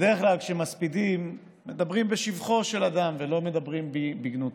בדרך כלל כשמספידים מדברים בשבחו של אדם ולא מדברים בגנותו.